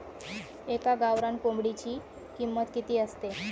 एका गावरान कोंबडीची किंमत किती असते?